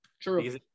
True